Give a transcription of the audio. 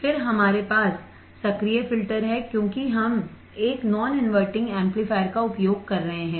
फिर हमारे पास सक्रिय फिल्टर हैं क्योंकि हम एक नॉन इनवर्टिंग एम्पलीफायर का उपयोग कर रहे हैं